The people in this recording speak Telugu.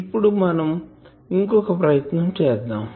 ఇప్పుడు ఇంకో ప్రయత్నం చేద్దాం